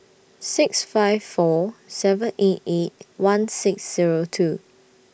six five four seven eight eight one six Zero two